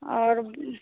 आओर